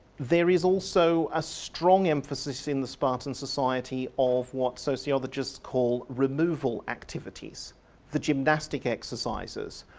there is also a strong emphasis in the spartan society of what sociologists call removal activities the gymnastic exercises,